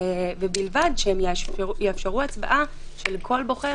ובלבד שיאפשרו הצבעה שלכל בוחר,